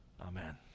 Amen